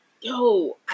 Yo